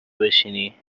بشینی